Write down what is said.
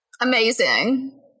Amazing